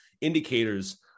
indicators